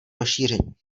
rozšíření